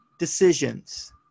decisions